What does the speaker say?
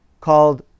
called